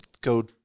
go